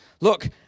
look